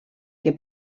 que